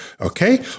Okay